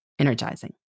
energizing